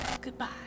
Goodbye